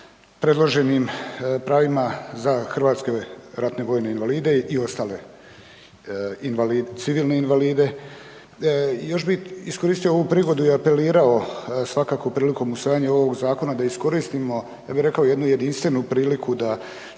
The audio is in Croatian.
predloženom pravima za hrvatske ratne vojne invalide i civilne invalide. Još bih iskoristio ovu prigodu i apelirao svakako prilikom usvajanja ovog zakona da iskoristimo ja bih rekao jednu jedinstvenu priliku da